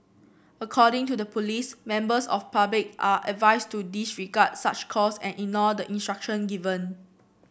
according to the police members of public are advised to disregard such calls and ignore the instructions given